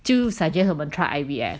就 suggest 我们 try I_V_F